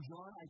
John